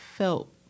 Felt